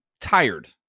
tired